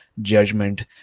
judgment